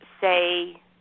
say